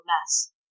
mess